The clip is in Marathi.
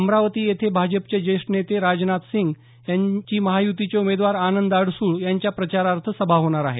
अमरावती येथे भाजपचे ज्येष्ठ नेते राजनाथसिंग यांची महायुतीचे उमेदवार आनंद अडसूळ यांच्या प्रचारार्थ सभा होणार आहे